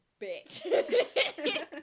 bitch